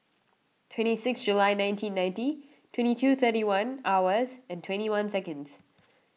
twenty six July nineteen ninety twenty two thirty one hours and twenty one seconds